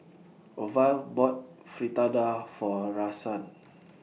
Orville bought Fritada For Rahsaan